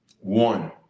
One